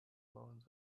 loans